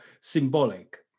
symbolic